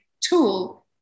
tool